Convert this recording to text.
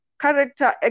character